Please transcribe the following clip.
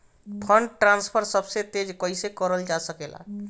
Fund transfer सबसे तेज कइसे करल जा सकेला?